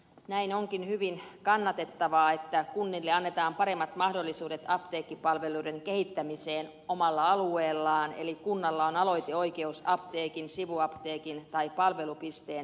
näin onkin hyvin kannatettavaa että kunnille annetaan paremmat mahdollisuudet apteekkipalveluiden kehittämiseen omalla alueellaan eli kunnalla on aloiteoikeus apteekin sivuapteekin tai palvelupisteen perustamiseksi